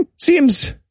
seems